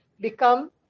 become